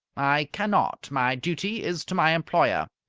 i cannot. my duty is to my employer.